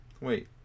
wait